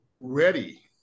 ready